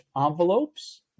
envelopes